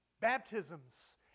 Baptisms